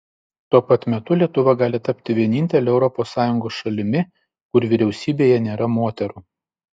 tuo pat metu lietuva gali tapti vienintele europos sąjungos šalimi kur vyriausybėje nėra moterų